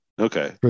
Okay